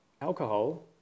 alcohol